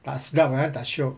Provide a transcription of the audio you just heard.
tak sedap eh tak shiok